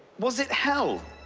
was it hell?